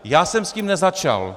Já jsem s tím nezačal!